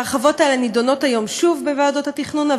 וההרחבות האלה נדונות היום שוב בוועדות התכנון,